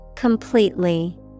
Completely